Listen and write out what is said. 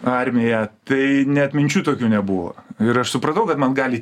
armija tai net minčių tokių nebuvo ir aš supratau kad man gali